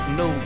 no